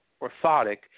orthotic